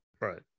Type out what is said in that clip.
Right